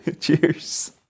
Cheers